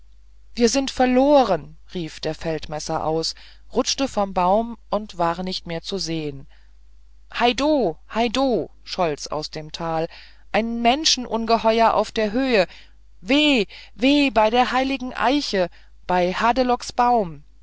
wir sind verloren rief der feldmesser aus rutschte vom baum und war nicht mehr zu sehen heidoh heidoh scholl's aus dem tal ein menschenungeheuer auf der höhe weh weh bei der heiligen eiche bei hadelocks baum